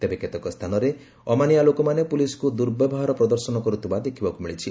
ତେବେ କେତେକ ସ୍ଚାନରେ ଅମାନିଆ ଲୋକମାନେ ପୁଲିସ୍କୁ ଦୁର୍ବ୍ୟବହାର ପ୍ରଦର୍ଶନ କରୁଥିବା ଦେଖବାକୁ ମିଳିଛି